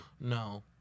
No